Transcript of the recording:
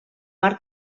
mar